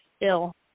ill